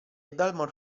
dalmor